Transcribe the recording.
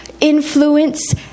influence